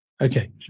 Okay